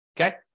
okay